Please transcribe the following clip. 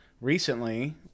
recently